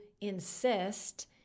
insist